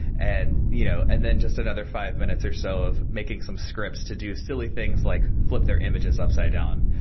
and you know and then just another five minutes or so of making some scripts to do silly things like flip their images upside down,